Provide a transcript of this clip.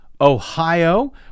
Ohio